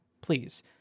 please